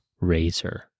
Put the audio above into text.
Razor